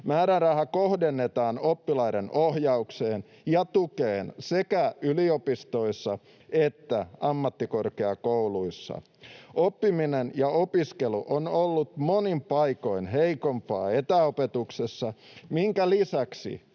Määräraha kohdennetaan oppilaiden ohjaukseen ja tukeen sekä yliopistoissa että ammattikorkeakouluissa. Oppiminen ja opiskelu on ollut monin paikoin heikompaa etäopetuksessa, minkä lisäksi